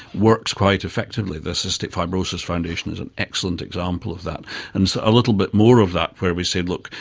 works quite effectively. the cystic fibrosis foundation is an excellent example of that, and so a little bit more of that where we said, look,